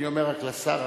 אני אומר רק לשר,